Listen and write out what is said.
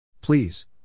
Please